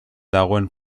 dagoen